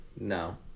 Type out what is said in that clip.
No